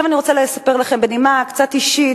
אני רוצה לספר לכם בנימה קצת אישית,